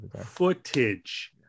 footage